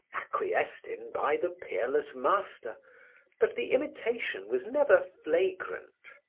acquiesced in by the peerless master but the imitation was never flagrant.